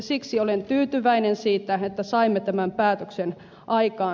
siksi olen tyytyväinen siitä että saimme tämän päätöksen aikaan